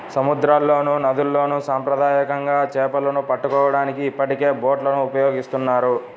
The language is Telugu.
సముద్రాల్లోనూ, నదుల్లోను సాంప్రదాయకంగా చేపలను పట్టుకోవడానికి ఇప్పటికే బోట్లను ఉపయోగిస్తున్నారు